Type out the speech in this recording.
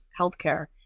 healthcare